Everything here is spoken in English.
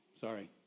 Sorry